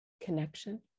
connection